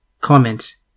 Comments